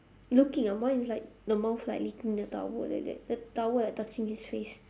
looking ah mine is like the mouth like licking the towel like that the towel like touching his face